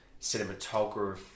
cinematographer